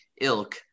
ilk